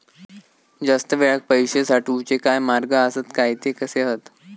जास्त वेळाक पैशे साठवूचे काय मार्ग आसत काय ते कसे हत?